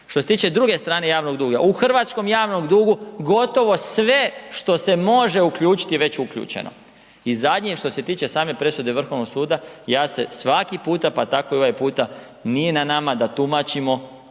Što se tiče druge strane javnog duga, u hrvatskom javnom dugu gotovo sve što se može uključiti, je već uključeno i zadnje, što se tiče same presude Vrhovnog suda, ja se svaki puta, pa tako i ovaj puta, nije na nama da tumačimo